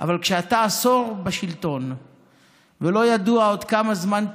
אבל כשאתה עשור בשלטון ולא ידוע עוד כמה זמן תהיה,